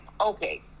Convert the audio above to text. okay